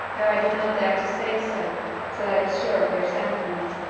though i did not dare to say so till i was sure of your sentiments.